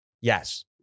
yes